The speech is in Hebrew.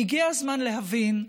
והגיע הזמן להבין שלנתניהו,